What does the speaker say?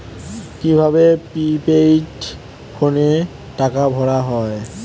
কি ভাবে প্রিপেইড ফোনে টাকা ভরা হয়?